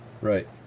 Right